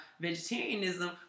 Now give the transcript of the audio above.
vegetarianism